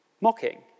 Mocking